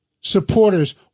supporters